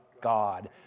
God